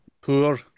Poor